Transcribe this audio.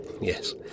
Yes